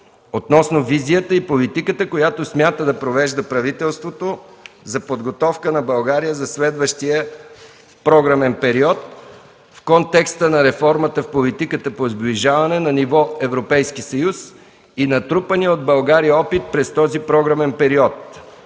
относно визията и политиката, която смята да провежда правителството за подготовка на България за следващия програмен период в контекста на реформата в политиката по сближаване на ниво Европейски съюз и натрупания от България опит през този програмен период.